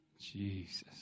Jesus